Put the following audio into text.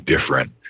different